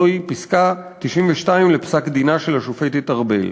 זוהי פסקה 92 לפסק-דינה של השופטת ארבל.